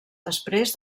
després